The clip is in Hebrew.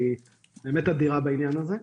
היא באמת אדירה בעניין הזה.